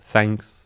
Thanks